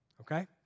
Okay